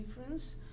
difference